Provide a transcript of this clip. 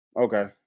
Okay